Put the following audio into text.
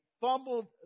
fumbled